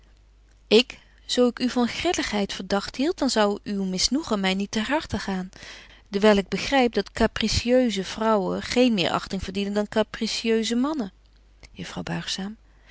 ik zo ik u van grilligheid verdagt hield dan zou uw misnoegen my niet ter harte gaan dewyl ik begryp dat capritieuse vrouwen geen meer achting verdienen dan capritieuse mannen juffrouw buigzaam